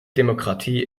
demokratie